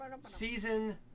season